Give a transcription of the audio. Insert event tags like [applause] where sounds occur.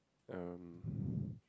um [breath]